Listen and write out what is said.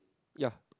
ya